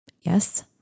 Yes